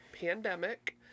pandemic